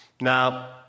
Now